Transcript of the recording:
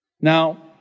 Now